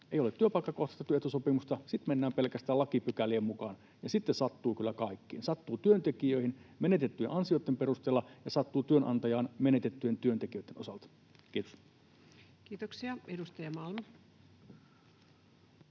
ei ole työpaikkakohtaista työehtosopimusta. Sitten mennään pelkästään lakipykälien mukaan. Ja sitten sattuu kyllä kaikkiin: sattuu työntekijöihin menetettyjen ansioitten perusteella, ja sattuu työnantajaan menetettyjen työntekijöitten osalta. — Kiitos. [Speech 134]